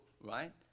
right